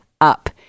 up